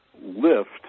lift